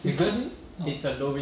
可能 uh